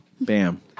Bam